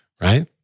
Right